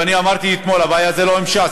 ואני אמרתי אתמול: הבעיה זה לא עם ש"ס,